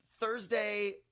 Thursday